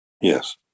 yes